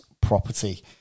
property